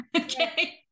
Okay